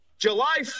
July